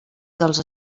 dels